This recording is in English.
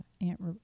Aunt